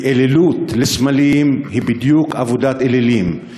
ואלילות של סמלים היא בדיוק עבודת אלילים.